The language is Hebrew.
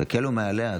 תקלו עליה,